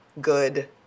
good